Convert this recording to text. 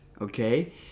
Okay